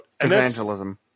evangelism